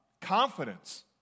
confidence